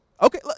Okay